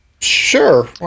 sure